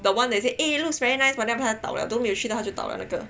the one that you say eh it looks very nice but 它倒了都没有去的就倒了那个